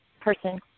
person